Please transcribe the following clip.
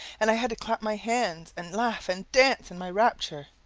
and i had to clap my hands and laugh and dance in my rapture,